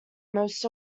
most